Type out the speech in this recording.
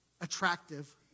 attractive